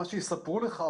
מה שיספרו לך,